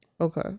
Okay